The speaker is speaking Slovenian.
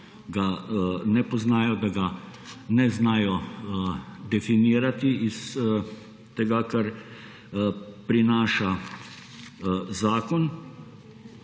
da ga ne poznajo, da ga ne znajo definirati iz tega, kar prinaša zakon.